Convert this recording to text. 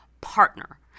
partner